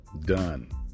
done